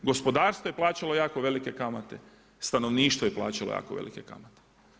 Gospodarstvo je plaćalo jako velike kamate, stanovništvo je plaćalo jako velike kamate.